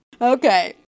Okay